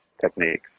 techniques